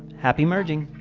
happy merging!